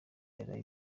yaraye